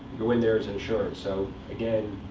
go in, there's insurance. so again,